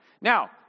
Now